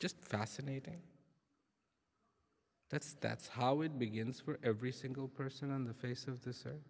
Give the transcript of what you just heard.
just fascinating that's that's how it begins for every single person on the face of this or